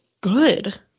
good